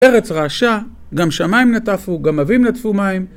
ארץ רעשה, גם שמים נטפו, גם עבים נטפו מים